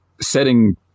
setting